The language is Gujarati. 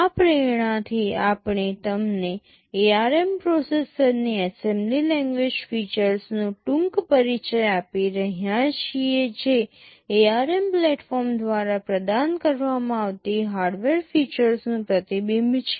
આ પ્રેરણાથી આપણે તમને ARM પ્રોસેસરની એસેમ્બલી લેંગ્વેજ ફીચર્સ નો ટૂંક પરિચય આપી રહ્યા છીએ જે ARM પ્લેટફોર્મ દ્વારા પ્રદાન કરવામાં આવતી હાર્ડવેર ફીચર્સનું પ્રતિબિંબ છે